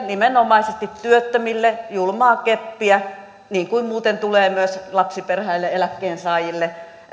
nimenomaisesti työttömille julmaa keppiä niin kuin muuten tulee myös lapsiperheille eläkkeensaajille